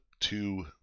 two